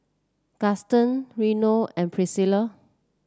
Gaston Reno and Priscilla